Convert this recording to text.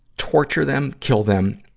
torture them, kill them,